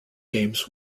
games